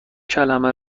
کلمه